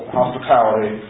hospitality